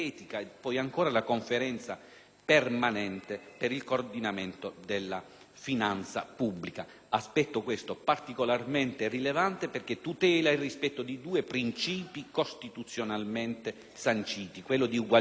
permanente per il coordinamento della finanza pubblica, aspetto questo particolarmente rilevante, perché tutela il rispetto di due principi costituzionalmente sanciti: quello dell'uguaglianza di trattamento dei cittadini